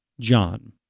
John